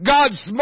God's